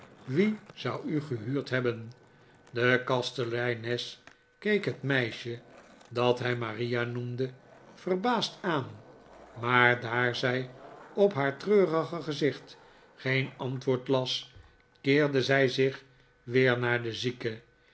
wie zou u gehuurd hebben de kasteleines keek het meisje dat hij maria noemde verbaasd aan maar daar zij op haar treurige gezicht geen antwoord las keerde zij zich weer naar den zieke